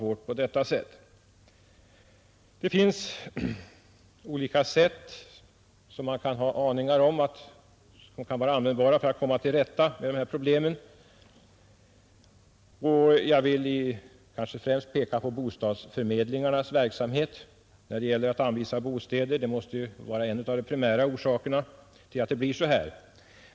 Man kan ha aningar om olika sätt att komma till rätta med dessa problem, och jag vill kanske främst peka på bostadsförmedlingens verksamhet när det gäller att anvisa bostäder. Det måste vara en av de primära orsakerna till att förhållandena blir sådana som de är.